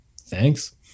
thanks